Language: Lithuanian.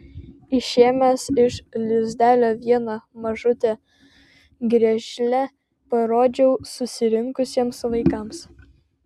išėmęs iš lizdelio vieną mažutę griežlę parodžiau susirinkusiems vaikams